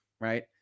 right